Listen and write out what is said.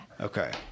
Okay